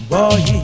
Boy